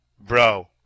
Bro